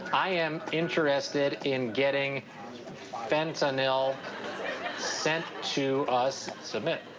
i am interested in getting fentanyl sent to us, submit.